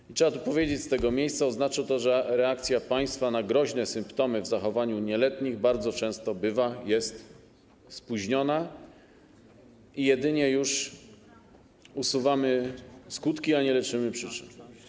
I trzeba to powiedzieć z tego miejsca: oznacza to, że reakcja państwa na groźne symptomy w zachowaniu nieletnich bardzo często bywa spóźniona i jedynie usuwamy skutki, a nie leczymy przyczyn.